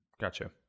Gotcha